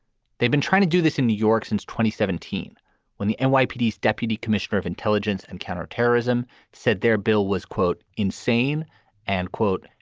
they've been trying to do this in new york since twenty seventeen when the and nypd deputy commissioner of intelligence and counterterrorism said their bill was, quote, insane and, quote,